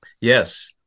Yes